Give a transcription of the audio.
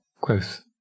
growth